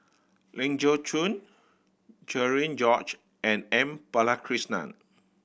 Ling Geok Choon Cherian George and M Balakrishnan